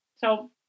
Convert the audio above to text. So-